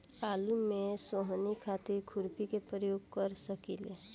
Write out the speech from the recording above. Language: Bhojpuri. आलू में सोहनी खातिर खुरपी के प्रयोग कर सकीले?